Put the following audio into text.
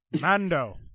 Mando